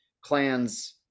clans